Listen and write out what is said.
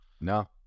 No